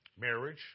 Marriage